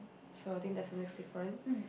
so I think that's a next different